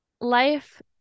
life